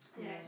yes